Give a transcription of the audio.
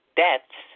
deaths